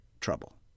trouble